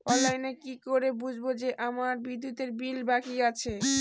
অনলাইনে কি করে বুঝবো যে আমার বিদ্যুতের বিল বাকি আছে?